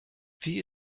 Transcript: wie